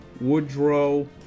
Woodrow